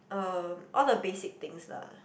um all the basic things lah